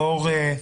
ראויה,